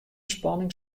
spanning